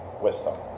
wisdom